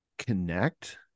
Connect